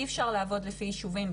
אי אפשר לעבוד לפי ישובים,